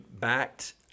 backed